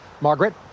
Margaret